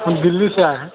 हम दिल्ली से आए हैं